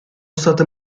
state